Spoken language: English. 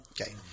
Okay